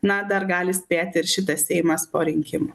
na dar gali spėti ir šitas seimas po rinkimų